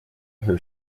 her